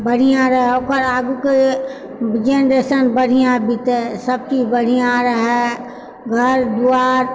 बढ़िआँ रहए ओकर आगू कए जेनरेशन बढ़िआँ बितए सभ चीज बढ़िआँ रहए घर दुआर